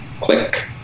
click